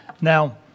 Now